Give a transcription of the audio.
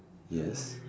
yes